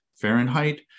Fahrenheit